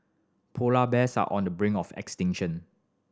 polar bears are on the brink of extinction